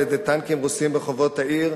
על-ידי טנקים רוסיים ברחובות העיר,